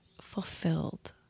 fulfilled